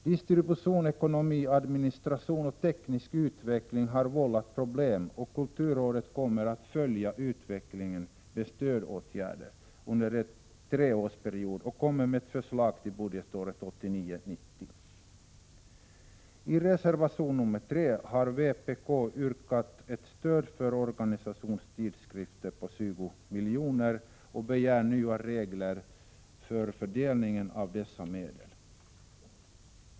Distribution, ekonomi, administration och teknisk utveckling har vållat problem, och kulturrådet kommer att följa utvecklingen när det gäller stödåtgärder under en treårsperiod och framlägga ett förslag till budgetåret 1989/90. I reservation nr 3 föreslår vpk ett stöd för organisationstidskrifter på 20 milj.kr. och begär nya regler för fördelningen av dessa medel.